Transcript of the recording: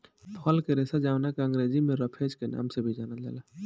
फल के रेशा जावना के अंग्रेजी में रफेज के नाम से भी जानल जाला